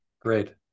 great